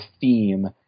theme